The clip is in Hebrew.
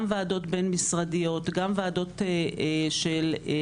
גם ועדות בין משרדיות, גם בוועדות של הפרקליטות.